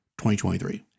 2023